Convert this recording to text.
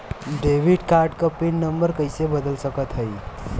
Debit card क pin number कइसे बदल सकत हई?